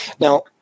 Now